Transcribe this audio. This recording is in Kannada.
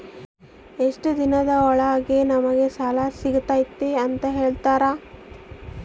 ಎಷ್ಟು ದಿನದ ಒಳಗೆ ನಮಗೆ ಸಾಲ ಸಿಗ್ತೈತೆ ಅಂತ ಹೇಳ್ತೇರಾ?